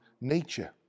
nature